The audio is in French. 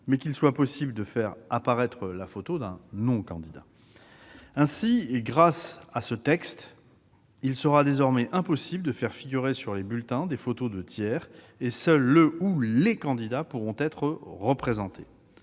mais qu'il soit possible de faire apparaître la photo d'un non-candidat. Grâce aux nouvelles dispositions prévues, il sera désormais impossible de faire figurer sur les bulletins des photos de tiers : seuls les candidats pourront être représentés.